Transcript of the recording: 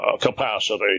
capacity